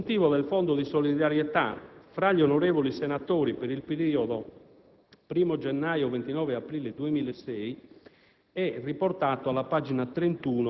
Eufemi, faccio presente che il consuntivo del Fondo di solidarietà fra gli onorevoli senatori per il periodo